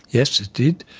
yes, it did.